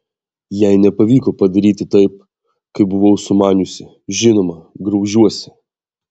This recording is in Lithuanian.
jei nepavyko padaryti taip kaip buvau sumaniusi žinoma graužiuosi